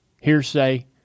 hearsay